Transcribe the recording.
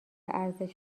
ارزش